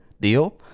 deal